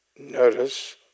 Notice